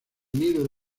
nido